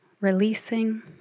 releasing